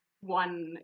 one